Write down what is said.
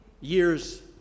years